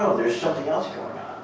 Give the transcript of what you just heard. there's something else going